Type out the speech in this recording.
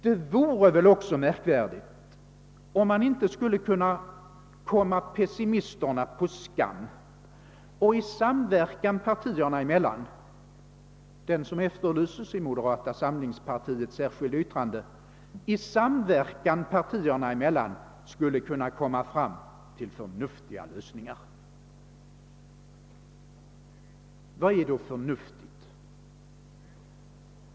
Det vore väl också märkvärdigt om man inte skulle kunna komma pessimisterna på skam och i samverkan partierna emellan — den som efterlyses i moderata samlingspartiets särskilda yttrande — nå fram till förnuftiga lösningar. Vad är då förnuftigt?